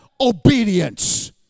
Obedience